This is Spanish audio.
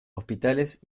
hospitales